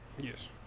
Yes